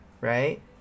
right